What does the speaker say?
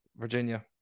Virginia